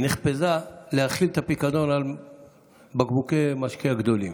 היא נחפזה להחיל את הפיקדון על בקבוקי המשקה הגדולים.